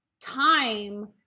time